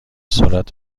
سرعت